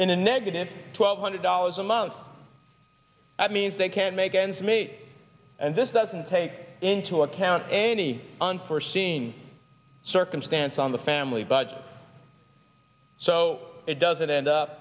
in a negative twelve hundred dollars a month that means they can't make ends meet and this doesn't take into account any unforeseen circumstance on the family budget so it doesn't end up